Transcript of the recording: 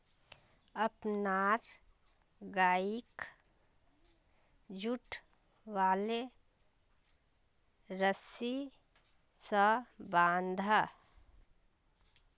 अपनार गइक जुट वाले रस्सी स बांध